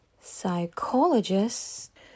psychologist